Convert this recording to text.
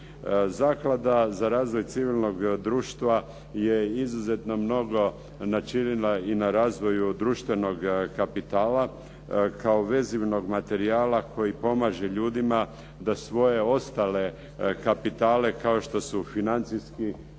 Zaklada za razvoj civilnog društva je izuzetno mnogo načinila i na razvoju društvenog kapitala kao vezivnog materijala koji pomaže ljudima da svoje ostale kapitale, kao što su financijski,